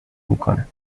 میکنه